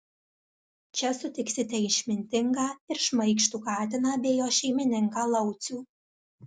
čia sutiksite išmintingą ir šmaikštų katiną bei jo šeimininką laucių